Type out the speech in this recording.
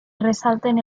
ressalten